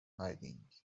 hiding